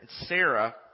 Sarah